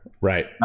Right